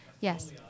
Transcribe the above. Yes